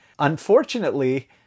Unfortunately